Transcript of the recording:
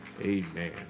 Amen